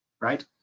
right